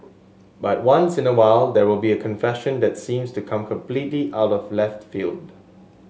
but once in a while there will be a confession that seems to come completely out of left field